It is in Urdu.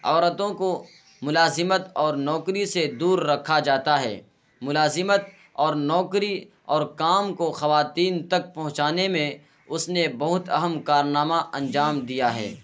عورتوں کو ملازمت اور نوکری سے دور رکھا جاتا ہے ملازمت اور نوکری اور کام کو خواتین تک پہنچانے میں اس نے بہت اہم کارنامہ انجام دیا ہے